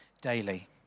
daily